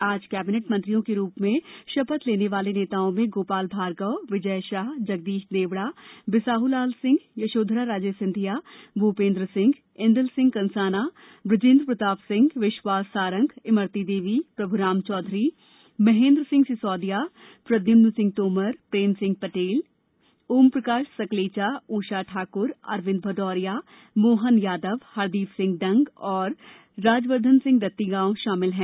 आज कैबिनेट मंत्रियों के रूप में शपथ लेने वाले नेताओं में गोपाल भार्गव विजय शाह जगदीश देवड़ा बिसाहूलाल सिंह यशोधराराजे सिंधिया भूपेंद्र सिंह ऐंदल सिंह कंषाना ब्रजेंद्र प्रताप सिंह विश्वास सारंग इमरती देवी प्रभुराम चौधरी महेंद्र सिंह सिसोदिया प्रद्यम्न सिंह तोमर प्रेम सिंह पटेल ओमप्रकाश सकलेचा उषा ठाकुर अरविंद भदौरिया मोहन यादव हरदीप सिंह डंग और राजवर्धन सिंह दत्तीगांव शामिल हैं